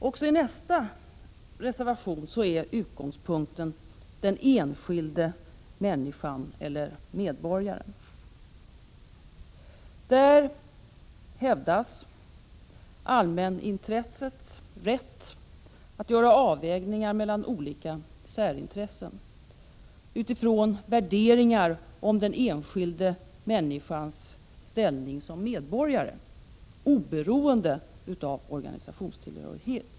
Också i reservation 3 är utgångspunkten den enskilda människan och medborgaren. Där hävdas allmänintressets rätt att göra avvägningar mellan olika särintressen utifrån värderingar om den enskilda människans ställning som medborgare oberoende av organisationstillhörighet.